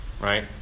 Right